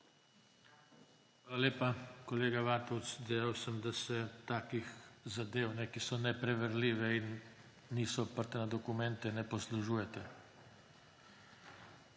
Hvala lepa. Kolega Vatovec, dejal sem, da se takih zadev, ki so nepreverljive in niso oprte na dokumente, ne poslužujete.